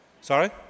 Sorry